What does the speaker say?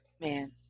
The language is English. Man